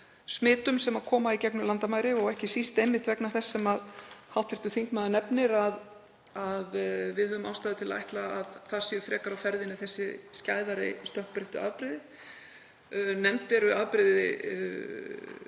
smitum sem koma í gegnum landamæri, og ekki síst vegna þess sem hv. þingmaður nefnir, að við höfum ástæðu til að ætla að þar séu frekar á ferðinni þessi skæðari, stökkbreyttu afbrigði. Nefnd eru afbrigði